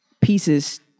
pieces